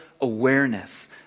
awareness